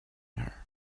her